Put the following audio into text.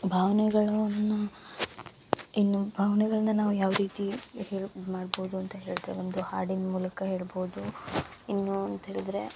ಭಾವನೆಗಳನ್ನ ಇನ್ನು ಭಾವ್ನೆಗಳ್ನ ನಾವು ಯಾವ ರೀತಿ ಹೇಳಿ ಇದು ಮಾಡ್ಬೋದು ಅಂತ ಹೇಳ್ತೇವೆ ಒಂದು ಹಾಡಿನ ಮೂಲಕ ಹೇಳ್ಬೋದು ಇನ್ನೂ ಅಂತ ಹೇಳಿದರೆ